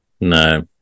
No